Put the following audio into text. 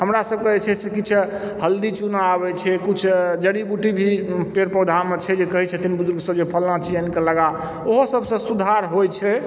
हमरा सभके जे छै से किछु हल्दी चूना आबै छै किछु जड़ी बूटि भी पेड़ पौधा मे छै जे कहे छथिन बुजुर्ग सब जे फल्लाँ चीज आनि के लगा ओहोसभ सऽ सुधार होइ छै